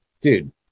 Dude